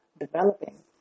developing